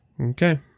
okay